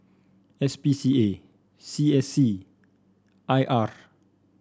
S P C A C A C I R